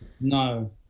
no